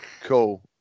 Cool